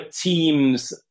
teams